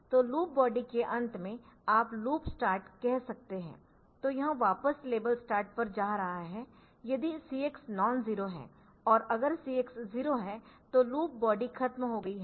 तो loop body के अंत में आप लूप स्टार्ट कह सकते है तो यह वापस लेबल स्टार्ट पर जा रहा है यदि CX नॉन जीरो है और अगर CX 0 है तो लूप बॉडी खत्म हो गई है